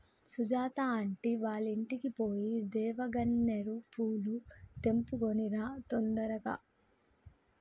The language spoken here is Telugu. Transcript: సుజాత ఆంటీ వాళ్ళింటికి పోయి దేవగన్నేరు పూలు తెంపుకొని రా తొందరగా